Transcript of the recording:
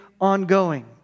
ongoing